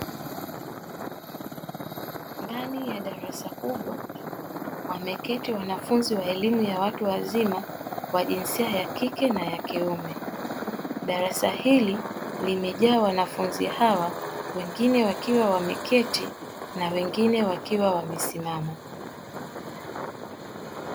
Ndani ya darasa kubwa wameketi wanafunzi wa elimu ya watu wazima wa jinsia ya kike na ya kiume. Darasa hili limejaa wanafunzi hawa, wengine wakiwa wameketi na wengine wakiwa wamesimama.